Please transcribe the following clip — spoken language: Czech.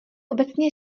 obecně